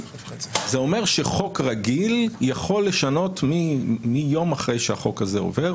זה אומר שחוק רגיל יכול לשנות מיום אחרי שהחוק הזה עובר.